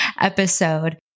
episode